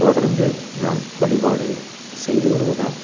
தொடர்ந்து நான் வழிபாடுச் செய்து வருவதால்